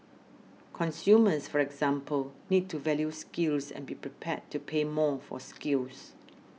consumers for example need to value skills and be prepared to pay more for skills